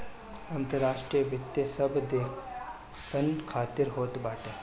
अंतर्राष्ट्रीय वित्त सब देसन खातिर होत बाटे